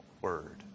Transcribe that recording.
word